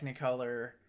technicolor